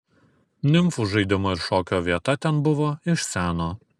nimfų žaidimo ir šokio vieta ten buvo iš seno